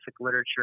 literature